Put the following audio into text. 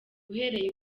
uhereye